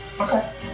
Okay